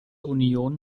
union